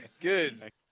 good